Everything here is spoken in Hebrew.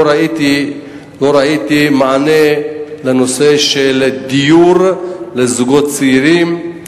לא ראיתי מענה לנושא של דיור לזוגות צעירים,